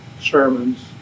sermons